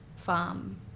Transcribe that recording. farm